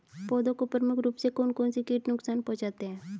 पौधों को प्रमुख रूप से कौन कौन से कीट नुकसान पहुंचाते हैं?